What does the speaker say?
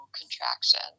contraction